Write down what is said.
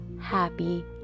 happy